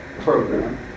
program